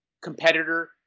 competitor